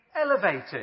elevated